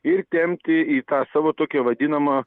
ir tempti į tą savo tokią vadinamą